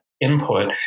input